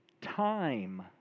time